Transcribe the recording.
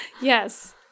Yes